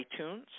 iTunes